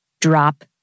drop